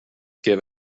give